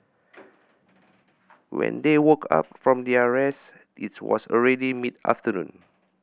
when they woke up from their rest it's was already mid afternoon